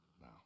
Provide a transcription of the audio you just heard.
No